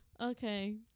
Okay